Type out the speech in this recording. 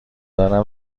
دارم